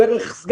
דרך שר הבריאות,